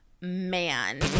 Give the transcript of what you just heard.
man